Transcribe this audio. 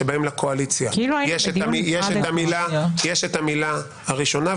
שבהן לקואליציה יש את המילה הראשונה,